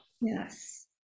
yes